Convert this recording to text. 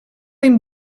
een